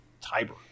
Tiber